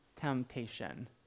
Temptation